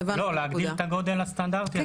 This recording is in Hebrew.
להגדיל את הגודל הסטנדרטי.